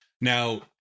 Now